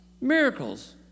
Miracles